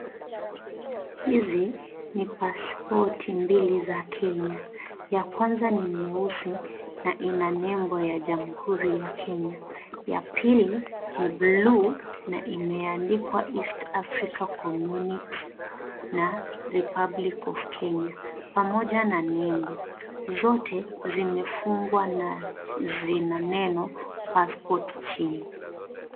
Hizi ni pasipoti mbili za Kenya, ya Kwanza ni nyeusi na ina nembo ya jamhuri ya Kenya, ya pili ni bluu na imeandikwa (CS)East African Community(CS) na (CS)Republic of Kenya(CS) pamoja na nembo, zote zimefungwa na zina neno (CS)passport(CS)chini.